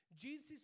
Jesus